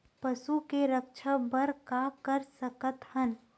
पशु के रक्षा बर का कर सकत हन?